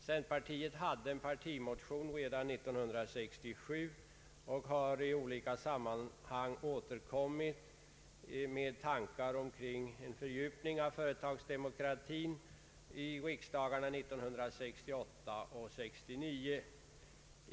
Centerpartiet hade i frågan en partimotion redan år 1967 och har i olika sammanhang vid riksdagarna 1968 och 1968 återkommit med tankar omkring en fördjupning av företagsdemokratin.